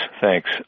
thanks